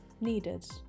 needed